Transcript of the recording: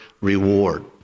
reward